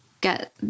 get